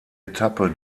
etappe